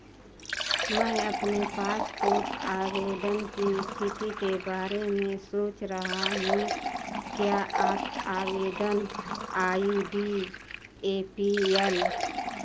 मैं अपने पासपोर्ट आवेदन की स्थिति के बारे में सोच रहा हूँ क्या आप आवेदन I D A P L